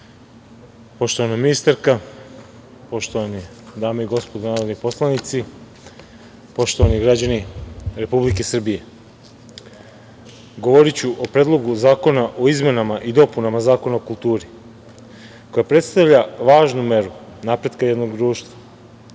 Orliću. Poštovana ministarka, poštovane dame i gospodo narodni poslanici, poštovani građani Republike Srbije, govoriću o Predlogu zakona o izmenama i dopunama Zakona o kulturi, koja predstavlja važnu meru napretka jednog društva.